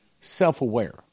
self-aware